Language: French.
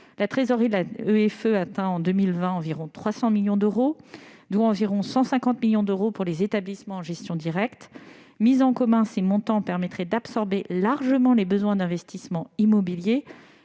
trésorerie atteint, en 2020, environ 300 millions d'euros, dont environ 150 millions d'euros pour les établissements en gestion directe. Mis en commun, ces montants permettraient d'absorber largement les besoins d'investissement immobilier